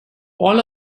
all